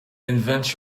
invent